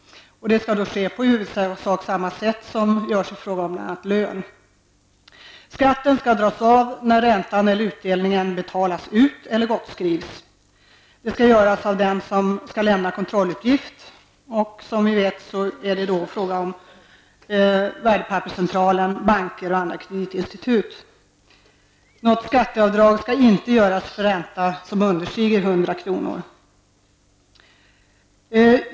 Det skall ske på i huvudsak samma sätt som i fråga om bl.a. lön. Skatten skall dras av när räntan eller utdelningen betalas ut eller gottskrivs. Det skall göras av den som skall lämna kontrolluppgift. Som vi vet är det fråga om Värdepapperscentralen, banker och andra kreditinstitut. Något skatteavdrag skall inte göras för ränta som understiger 100 kr.